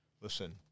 listen